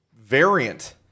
variant